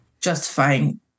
justifying